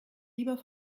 lieber